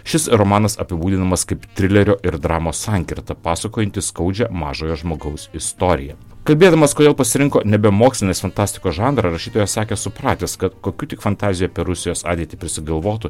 šis romanas apibūdinamas kaip trilerio ir dramos sankirta pasakojanti skaudžią mažojo žmogaus istoriją kalbėdamas kodėl pasirinko nebe mokslinės fantastikos žanrą rašytojas sakė supratęs kad kokiu tik fantazijų apie rusijos ateitį prisigalvotų